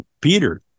Peter